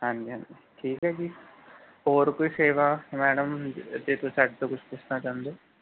ਹਾਂਜੀ ਹਾਂਜੀ ਠੀਕ ਹੈ ਜੀ ਹੋਰ ਕੋਈ ਸੇਵਾ ਮੈਡਮ ਜੇ ਤੁਸੀਂ ਸਾਡੇ ਤੋਂ ਕੁਛ ਪੁੱਛਣਾ ਚਾਹੁੰਦੇ ਹੋ